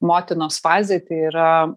motinos fazėj tai yra